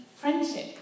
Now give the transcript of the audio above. friendship